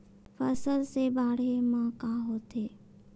फसल से बाढ़े म का होथे?